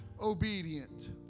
obedient